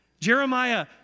Jeremiah